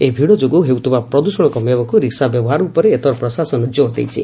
ଏହି ଭିଡ ଯୋଗୁଁ ହେଉଥିବା ପ୍ରଦୃଷଣ କମାଇବାକୁ ରିକ୍ବା ବ୍ୟବହାର ଉପରେ ଏଥର ପ୍ରଶାସନ ଜୋର୍ ଦେଇଛି